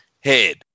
head